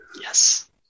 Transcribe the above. Yes